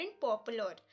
popular